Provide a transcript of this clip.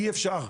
אי אפשר.